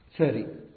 ವಿದ್ಯಾರ್ಥಿ ಸರಿ